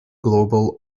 global